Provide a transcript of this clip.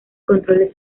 controles